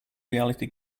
reality